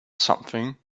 something